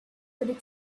could